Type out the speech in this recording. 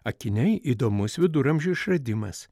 akiniai įdomus viduramžių išradimas